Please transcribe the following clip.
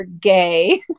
gay